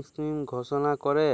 scheme ঘষলা ক্যরে